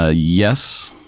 ah yes.